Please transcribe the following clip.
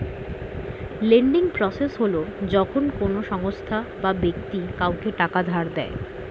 lending process হল যখন কোনো সংস্থা বা ব্যক্তি কাউকে টাকা ধার দেয়